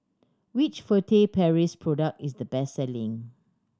which Furtere Paris product is the best selling